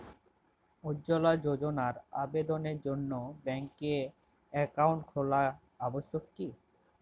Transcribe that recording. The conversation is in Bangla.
উজ্জ্বলা যোজনার আবেদনের জন্য ব্যাঙ্কে অ্যাকাউন্ট খোলা আবশ্যক কি?